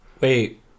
Wait